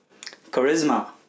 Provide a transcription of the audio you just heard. Charisma